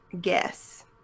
guess